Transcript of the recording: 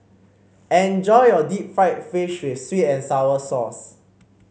enjoy your Deep Fried Fish with sweet and sour sauce